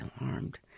alarmed